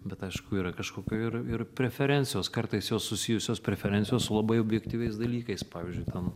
bet aišku yra kažkokio ir ir preferencijos kartais jos susijusios preferencijos su labai objektyviais dalykais pavyzdžiui tam